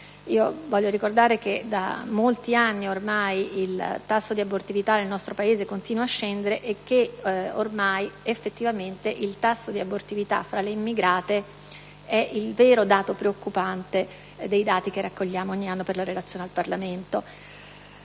Voglio ricordare che da molti anni ormai il tasso di abortività nel nostro Paese continua a scendere e che effettivamente il tasso di abortività fra le immigrate è ormai il vero dato preoccupante fra quelli che raccogliamo ogni anno per la relazione al Parlamento.